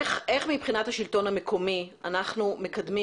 איך מבחינת השלטון המקומי אנחנו מקדמים